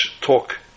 talk